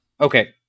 Okay